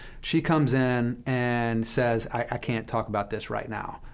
she comes in and says i can't talk about this right now.